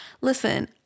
Listen